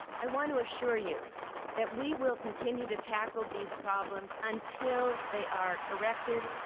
i want to assure you that we will continue to tackle these problems until they are corrected.